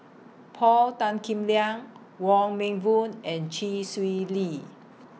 Paul Tan Kim Liang Wong Meng Voon and Chee Swee Lee